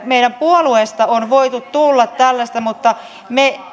meidän puolueesta on voinut tulla tällaista mutta